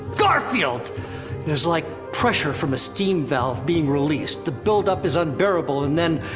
garfield! it is like. pressure from a steam valve, being released the buildup is unbearable, and then.